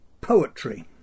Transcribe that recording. poetry